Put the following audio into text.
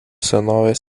senovės